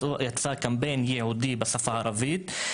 יצא קמפיין ייעודי בשפה הערבית.